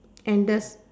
and this